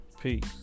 peace